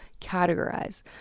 categorize